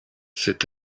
cet